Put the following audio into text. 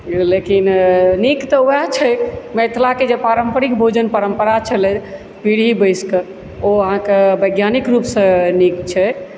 लेकिन नीक तऽ ओएह छै मिथिलाके जे पारम्परिक भोजन परम्परा छलै पीढ़ी बैसि कऽ ओ अहाँकेँ वैज्ञानिक रूपसंँ नीक छै